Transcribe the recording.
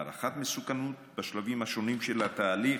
הערכת מסוכנות בשלבים השונים של התהליך,